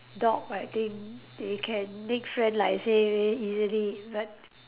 dog I think they can make friend like I say easily but